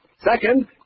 Second